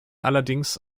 allerdings